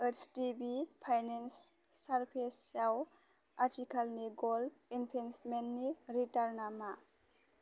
H D B finance सार्भिसेसआव आथिखालनि gold इनभेस्टमेन्टनि रिटार्नआ मा